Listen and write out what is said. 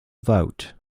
vote